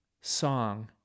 song